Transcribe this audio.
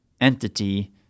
entity